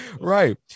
Right